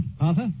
Arthur